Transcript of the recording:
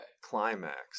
Climax